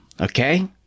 okay